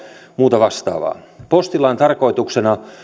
muuta vastaavaa postilain tarkoituksena